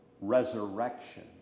resurrection